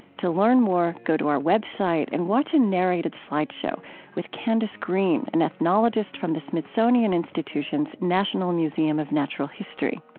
to learn more, go to our website and watch a narrated slide show with candace greene, an ethnologist from the smithsonian institution's national museum of natural history.